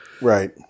Right